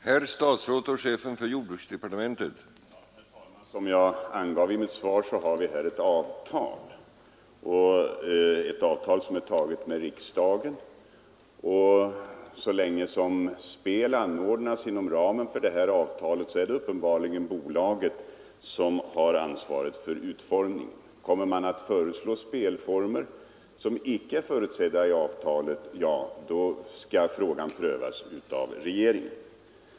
Herr talman! Som jag angivit i mitt svar har vi här ett avtal som tagits med riksdagen, och så länge spel anordnas inom ramen för det avtalet är det bolaget som har ansvaret för utformningen. Men om man föreslår spelformer som icke är företrädda i avtalet — ja, då skall frågan prövas av regeringen.